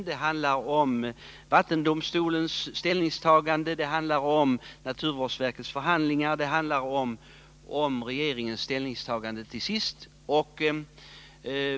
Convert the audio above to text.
Det handlar om vattendomstolens ställningstagande, naturvårdsverkets förhandlingar och till sist regeringens ställningstagande.